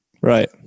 Right